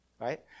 right